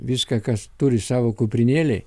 viską kas turi savo kuprinėlėj